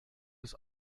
des